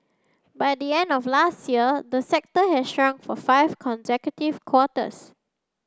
by the end of last year the sector had shrunk for five consecutive quarters